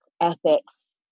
ethics